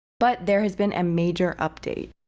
but there has been a major update.